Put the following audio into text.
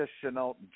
Chanel